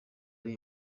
ari